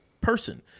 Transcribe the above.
person